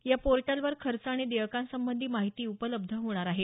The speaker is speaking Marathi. या पोर्टलवर खर्च आणि देयकांसंबंधी माहिती उपलब्ध होणार आहे